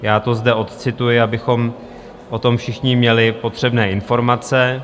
Já to zde odcituji, abychom o tom všichni měli potřebné informace.